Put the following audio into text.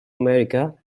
america